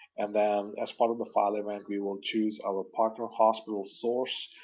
and then as part of the file event, we will choose our partner hospital source,